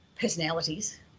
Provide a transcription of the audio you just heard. personalities –